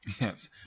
Yes